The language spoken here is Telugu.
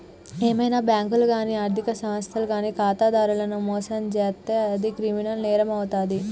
ఏవైనా బ్యేంకులు గానీ ఆర్ధిక సంస్థలు గానీ ఖాతాదారులను మోసం చేత్తే అది క్రిమినల్ నేరమవుతాది